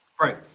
Right